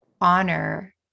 honor